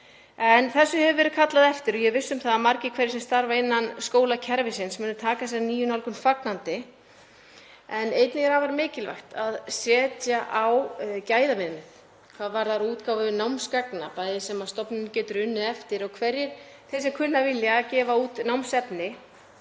Þessu hefur verið kallað eftir og ég er viss um það að margir sem starfa innan skólakerfisins muni taka þessari nýju nálgun fagnandi. En einnig er afar mikilvægt að setja á gæðaviðmið hvað varðar útgáfu námsgagna, bæði sem stofnunin getur unnið eftir og fyrir þá sem kunna að vilja gefa út námsefni.